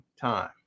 time